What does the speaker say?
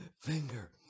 finger